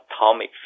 atomic